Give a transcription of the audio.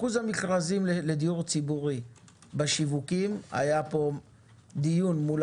אחוז המכרזים לדיור ציבורי בשיווקים היה פה דיון מול